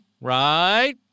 Right